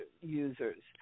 users